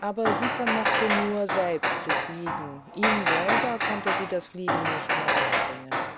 aber sie vermochte nur selbst zu fliegen ihm selber konnte sie das fliegen nicht mehr beibringen